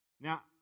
Now